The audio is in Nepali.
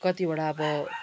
कतिवटा अब